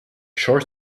short